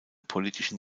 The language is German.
politischen